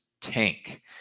tank